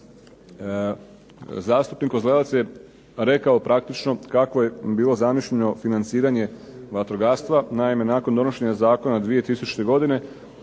Zastupnik Kozlevac je rekao praktično kako je bilo zamišljeno financiranje vatrogastva. Naime, nakon donošenja zakona 2000-te godine